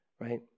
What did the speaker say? right